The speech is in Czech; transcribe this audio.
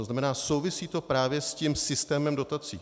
To znamená, souvisí to právě s tím systémem dotací.